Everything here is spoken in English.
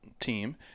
team